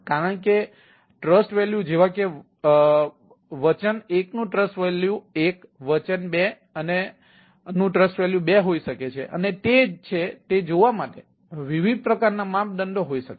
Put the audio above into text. કારણ કે તે ટ્રસ્ટ વેલ્યૂ જેવા કે વચન ૧ નું ટ્રસ્ટ વેલ્યૂ ૧ વચન ૨ અને ટ્રસ્ટ વેલ્યૂ ૨ હોઈ શકે છે અને તે જ છે તે જોવા માટે વિવિધ પ્રકારના માપદંડો હોઈ શકે છે